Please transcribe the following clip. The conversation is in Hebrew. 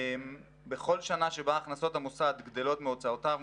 בכל שנה שבה הכנסות המוסד גדלות מהוצאותיו,